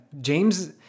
James